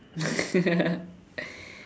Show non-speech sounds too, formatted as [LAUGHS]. [LAUGHS]